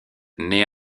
nait